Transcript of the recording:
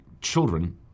children